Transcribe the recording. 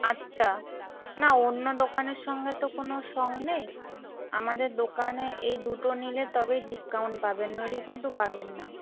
আচ্ছা না অন্য দোকানের সঙ্গে তো কোনো সঙ্গ নেই আমাদের দোকানে এই দুটো নিলে তবেই ডিসকাউন্ট পাবেন নইলে কিন্তু পাবেন না